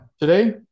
today